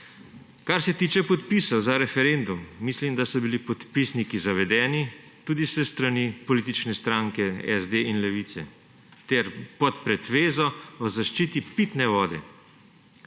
Kar se tiče podpisov za referendum, mislim, da so bili podpisniki zavedeni tudi s strani političnih strank SD in Levice ter s pretvezo zaščite pitne vode.